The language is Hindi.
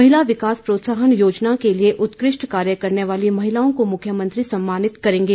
महिला विकास प्रोत्साहन योजना के लिए उत्कृष्ट कार्य करने वाली महिलाओं को मुख्यमंत्री सम्मानित करेंगे